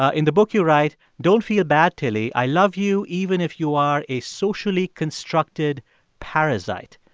ah in the book you write, don't feel bad, tilly. i love you even if you are a socially constructed parasite.